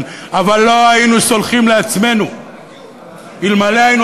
אבל לא היינו סולחים לעצמנו אלמלא עשינו